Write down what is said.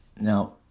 Now